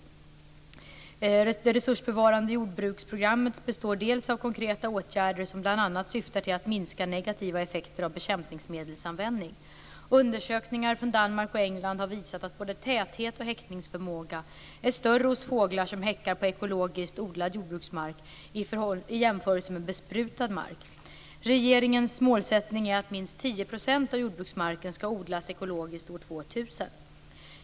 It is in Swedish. Det resursbevarande jordbruksprogrammet består delvis av konkreta åtgärder som bl.a. syftar till att minska negativa effekter av bekämpningsmedelsanvändning. Undersökningar från Danmark och England har visat att både täthet och häckningsförmåga är större hos fåglar som häckar på ekologiskt odlad jordbruksmark i jämförelse med besprutad mark. Regeringens målsättning är att minst 10 % av jordbruksmarken skall odlas ekologiskt år 2000.